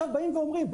עכשיו באים ואומרים,